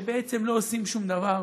שבעצם לא עושים שום דבר,